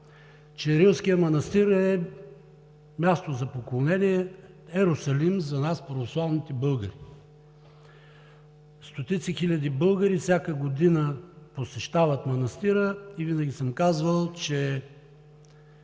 Рилският манастир е място за поклонение, Йерусалим за нас, православните българи. Стотици, хиляди българи всяка година посещават манастира и винаги съм казвал, че